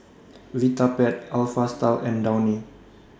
Vitapet Alpha Style and Downy